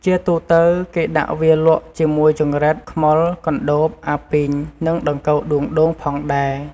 ជាទូទៅ គេដាក់វាលក់ជាមួយចង្រិត ខ្មុល កណ្ដូប អាពីង និងដង្កូវដួងដូងផងដែរ។